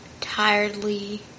Tiredly